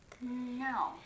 No